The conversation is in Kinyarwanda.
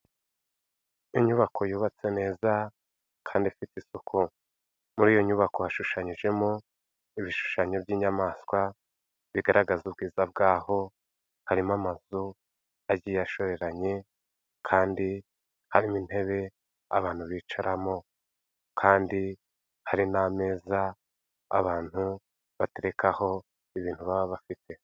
Inyubako yubatse neza kandi ifite isuku muri iyo nyubako hashushanyijemo ibishushanyo by'inyamaswa bigaragaza ubwiza bwaho, harimo amazu agiye ashoreranye kandi harimo intebe abantu bicaramo kandi hari n'ameza abantu baterekaho ibintu baba bafite.